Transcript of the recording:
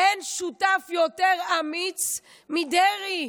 אין שותף יותר אמיץ מדרעי.